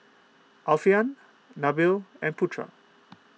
Alfian Nabil and Putra